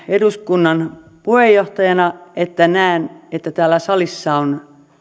eduskunnan eläinsuojeluryhmän puheenjohtajana kun näen että täällä salissa on